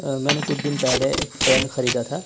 میں نے کچھ دن پہلے ایک فین خریدا تھا